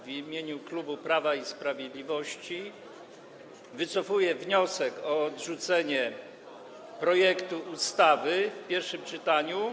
W imieniu klubu Prawo i Sprawiedliwość wycofuję wniosek o odrzucenie projektu ustawy w pierwszym czytaniu.